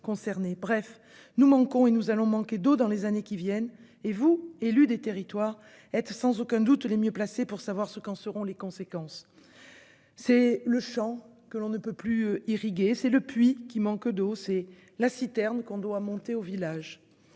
Bref, nous manquons et nous allons manquer d'eau dans les années qui viennent et vous, élus des territoires, êtes sans aucun doute les mieux placés pour savoir ce qu'en seront les conséquences :... Absolument !... c'est le champ que l'on n'irrigue plus, c'est le puits qui manque d'eau, c'est la citerne que l'on doit monter au village.